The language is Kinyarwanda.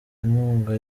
inkunga